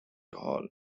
hall